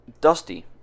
dusty